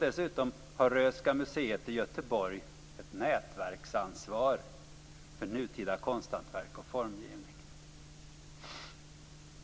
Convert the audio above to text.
Dessutom har Röhsska museet i Göteborg ett nätverksansvar för nutida konsthantverk och formgivning.